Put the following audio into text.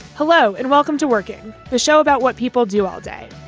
hello and welcome to working the show about what people do all day.